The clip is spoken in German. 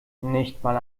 nichtmal